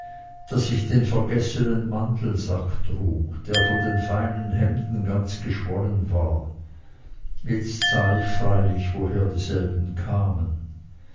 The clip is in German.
daß ich den vergessenen mantelsack trug der von den feinen hemden ganz geschwollen war jetzt sah ich freilich woher dieselben kamen